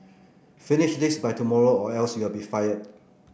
finish this by tomorrow or else you'll be fired